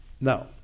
No